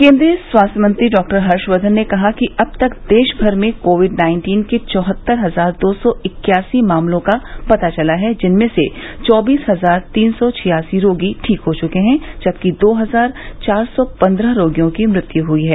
केन्द्रीय स्वास्थ्य मंत्री डॉक्टर हर्षवर्धन ने कहा कि अब तक देश भर में कोविड नाइन्टीन के चौहत्तर हजार दो सौ इक्यासी मामलों का पता चला है जिनमें से चौबीस हजार तीन सौ छियासी रोगी ठीक हो चुके हैं जबकि दो हजार चार सौ पन्द्रह रोगियों की मृत्यु हई है